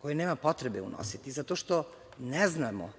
koje nema potrebe unositi, zato što ne znamo,